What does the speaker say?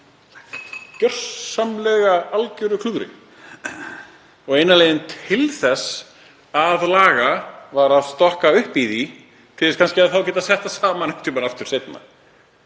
gjörsamlega algeru klúðri, og eina leiðin til þess að laga það var að stokka upp í því til þess kannski að geta sett það saman aftur seinna.